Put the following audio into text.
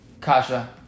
Kasha